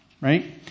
right